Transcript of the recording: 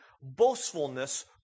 boastfulness